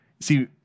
See